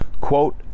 Quote